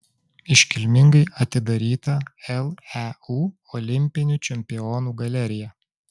iškilmingai atidaryta leu olimpinių čempionų galerija